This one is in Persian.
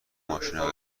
ماشینای